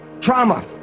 trauma